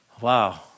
wow